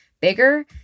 bigger